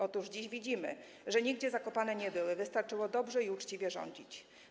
Otóż dziś widzimy, że nigdzie zakopane nie były, wystarczyło dobrze i uczciwie rządzić.